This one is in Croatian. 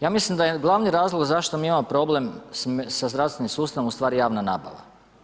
Ja mislim da je glavni razlog zašto mi imamo problem sa zdravstvenim sustavom ustvari javna nabava.